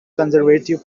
conservative